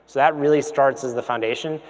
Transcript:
that really starts as the foundation.